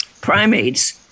primates